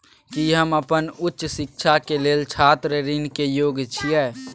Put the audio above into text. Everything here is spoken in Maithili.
की हम अपन उच्च शिक्षा के लेल छात्र ऋण के योग्य छियै?